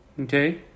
Okay